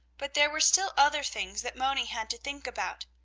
but there were still other things that moni had to think about.